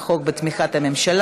התרבות והספורט להכנה לקריאה ראשונה.